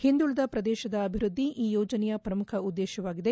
ಹಿಂದುಳಿದ ಪ್ರದೇಶದ ಅಭಿವೃದ್ದಿ ಈ ಯೋಜನೆಯ ಪ್ರಮುಖ ಉದ್ದೇಶವಾಗಿದೆ